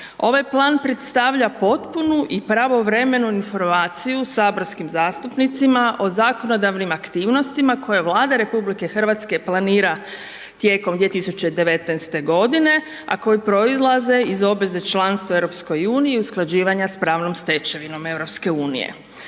Ovaj plan predstavlja potpunu i pravovremenu informaciju saborskim zastupnicima o zakonodavnim aktivnostima koje Vlada RH planira tijekom 2019. g. a koje proizlaze iz obveze članstva u EU-u i usklađivanja sa pravnom stečevinom EU-a.